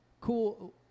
cool